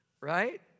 Right